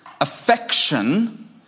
affection